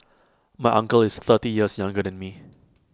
my uncle is thirty years younger than me